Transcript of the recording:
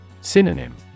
Synonym